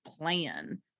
plan